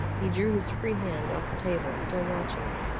he drew his free hand off the table, still watching me,